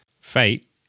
Fate